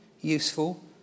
useful